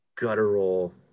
guttural